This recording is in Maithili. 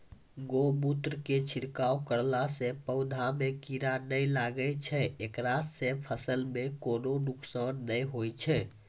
गोमुत्र के छिड़काव करला से पौधा मे कीड़ा नैय लागै छै ऐकरा से फसल मे कोनो नुकसान नैय होय छै?